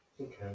okay